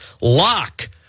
lock